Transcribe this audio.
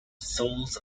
souls